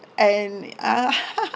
and ah